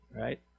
right